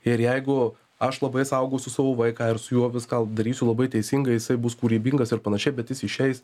ir jeigu aš labai saugosiu savo vaiką ir su juo viską darysiu labai teisingai jisai bus kūrybingas ir panašiai bet jis išeis